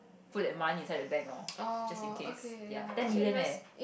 put that money inside the bank lor just in case ya ten million leh